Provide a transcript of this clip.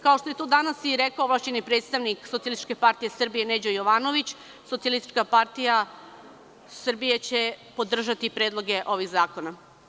Kao što je to danas i rekao ovlašćeni predstavnik SPS Neđo Jovanović, Socijalistička partija Srbije će podržati predloge ovih zakona.